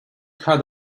had